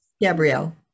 Gabrielle